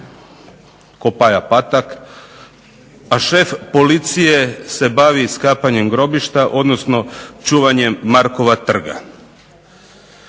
ko Paja Patak a šef policije se bavi iskapanjem grobišta odnosno čuvanjem Markova trga.